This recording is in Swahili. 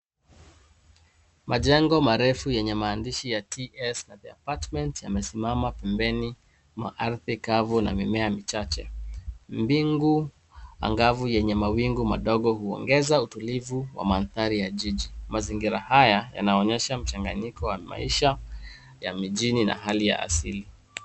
Majengo marefu yenye maandishi ya tsdepartment yameshimama pempeni mwa ardhi kavu na mimea michache. Mbingu angavu mawingu madogo huongeza utulivu wa mandhari ya jiji. Mazingira haya yanaonyesha mchanganyiko wa maisha ya mjini hali ya asili.